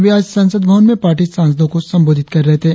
वे आज संसद भवन में पार्टी सांसदों को संबोधित कर रहे थे